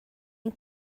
ein